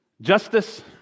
Justice